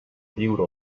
lliure